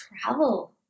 travel